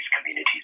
communities